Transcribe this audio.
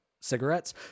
cigarettes